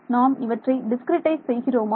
நாம் இவை டிஸ்கிரிட்டைஸ் செய்கிறோமா